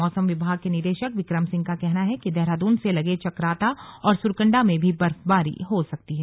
मौसम विभाग के निदेशक विक्रम सिंह का कहना है कि देहरादून से लगे चकराता और सुरकंडा में भी बर्फबारी हो सकती है